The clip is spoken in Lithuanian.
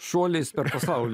šuoliais per pasaulį